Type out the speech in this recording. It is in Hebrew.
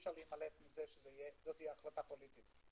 - אי-אפשר להימלט מזה, שזו תהיה החלטה פוליטית.